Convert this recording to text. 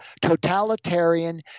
totalitarian